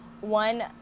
One